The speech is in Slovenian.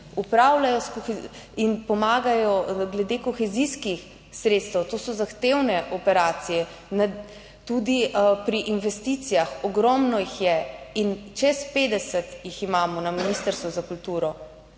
upravljajo in pomagajo glede kohezijskih sredstev. To so zahtevne operacije. Tudi pri investicijah. Ogromno jih je. In čez 50 jih imamo na Ministrstvu za kulturo.